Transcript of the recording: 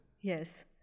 Yes